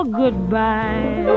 goodbye